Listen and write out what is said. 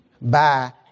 Bye